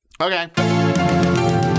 Okay